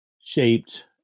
shaped